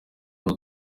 hari